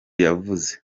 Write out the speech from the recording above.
yavuze